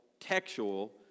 textual